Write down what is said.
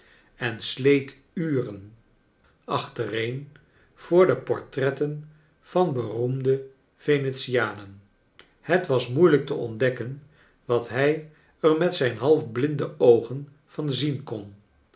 en sleet uren achtereen voor de portretten van beroemde venetianen het was moeilijk te ontdekken wat hij er met zijn half blinde oogen van zien kon